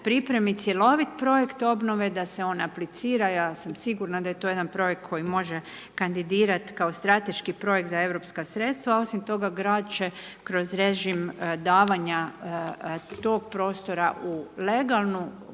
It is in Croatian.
pripremi cjeloviti projekt obnove, da se ona aplicira, ja sa sigurna da je to jedan projekt koji može kandidirat kao strateški projekt za europska sredstva, osim toga, grad će kroz režim davanja tog prostora u legalnu